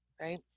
right